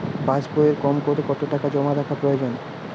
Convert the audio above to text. পাশবইয়ে কমকরে কত টাকা জমা রাখা প্রয়োজন?